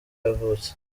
yavutse